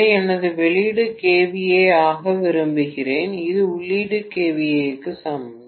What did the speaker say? இதை எனது வெளியீடு kVA ஆக விரும்புகிறேன் இது உள்ளீட்டு kVA க்கு சமம்